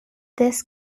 this